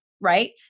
right